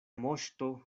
moŝto